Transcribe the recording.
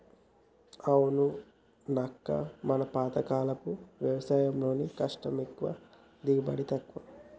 అవునక్క మన పాతకాలపు వ్యవసాయంలో కష్టం ఎక్కువ దిగుబడి తక్కువ